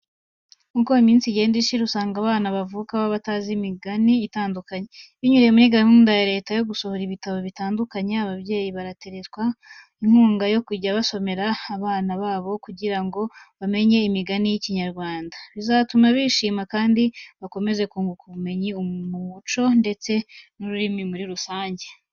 Uko iminsi igenda ishira, usanga abana bavuka baba batazi imigani itandukanye. Binyuriye muri gahunda ya leta yo gusohora ibitabo bitandukanye, ababyeyi baraterwa inkunga yo kujya babisomera abana babo kugira ngo bamenye imigani y'Ikinyarwanda. Bizatuma bishima kandi bakomeze kunguka ubumenyi mu muco ndetse n'ururimi muri rusange.